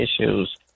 issues